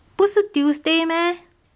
不是 tuesday meh